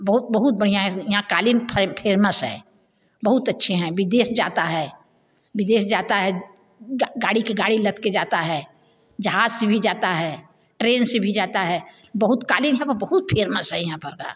बहुत बहुत बढ़िया है यहाँ क़ालीन फेमस है बहुत अच्छे हैं विदेश जाता है विदेश जाता है गाड़ी के गाड़ी लद के जाते हैं जहाज़ से भी जाता है ट्रेन से भी जाता है बहुत क़ालीन है वह बहुत फेमस है यहाँ पर का